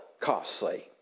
costly